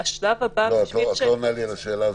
את לא עונה לי על השאלה.